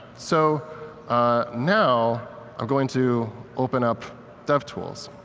so ah now i'm going to open up devtools.